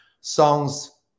songs